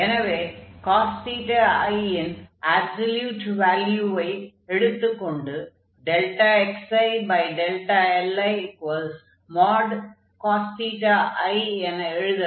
எனவே cos i ன் absolute வால்யுவை எடுத்துக் கொண்டு xili|cos i | என எழுதலாம்